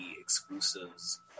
exclusives